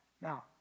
Now